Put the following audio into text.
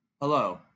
Hello